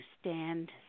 stand